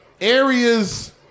areas